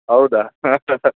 ಹೌದಾ ಹಾಂ